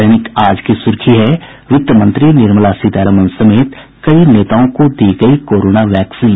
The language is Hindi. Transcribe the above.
दैनिक आज की सुर्खी है वित्त मंत्री निर्मला सीतारमन समेत कई नेताओं को दी गयी कोरोना वैक्सीन